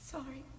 Sorry